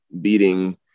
beating